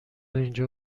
اینجا